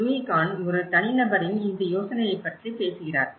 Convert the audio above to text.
Lewis Kahn ஒரு தனிநபரின் இந்த யோசனையைப் பற்றி பேசுகிறார்